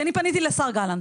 כי אני פניתי לשר גלנט.